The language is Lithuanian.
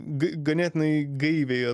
ganėtinai gaiviai